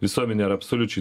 visuomenė yra absoliučiai